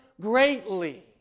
greatly